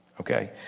okay